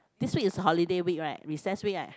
this week is holiday week right recess week right